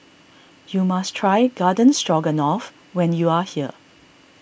you must try Garden Stroganoff when you are here